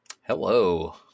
Hello